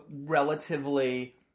relatively